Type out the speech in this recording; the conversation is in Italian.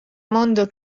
mondo